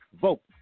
vote